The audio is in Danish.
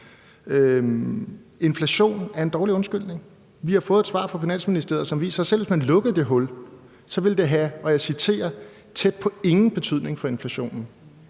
Inflationen er en dårlig undskyldning. Vi har fået et svar fra Finansministeriet, som viser, at det, selv hvis man lukkede det hul, så ville have – og jeg citerer – tæt på ingen betydning for inflationen.